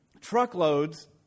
truckloads